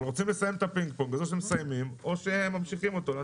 רוצים לסיים את הפינג פונג ולכן או שמסיימים או שממשיכים אותו.